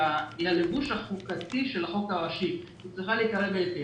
הלבוש החוקתי של החוק הראשי והיא צריכה להיקרא בהתאם.